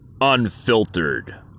Unfiltered